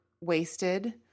wasted